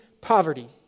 poverty